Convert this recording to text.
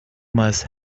must